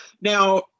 now